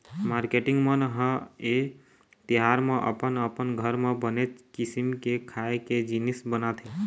marketing मन ह ए तिहार म अपन अपन घर म बनेच किसिम के खाए के जिनिस बनाथे